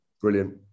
Brilliant